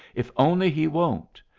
if only he won't!